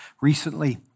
recently